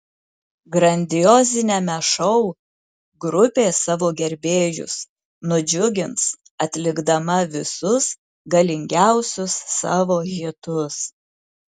grandioziniame šou grupė savo gerbėjus nudžiugins atlikdama visus galingiausius savo hitus